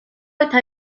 está